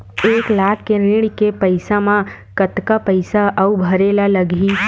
एक लाख के ऋण के पईसा म कतका पईसा आऊ भरे ला लगही?